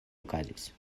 okazis